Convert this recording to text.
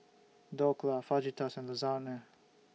Dhokla Fajitas and Lasagne